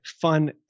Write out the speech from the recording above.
fun